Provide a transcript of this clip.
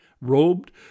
robed